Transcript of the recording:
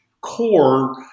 core